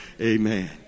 Amen